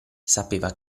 sapeva